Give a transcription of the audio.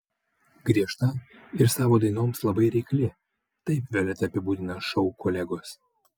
griežta ir savo dainoms labai reikli taip violetą apibūdina šou kolegos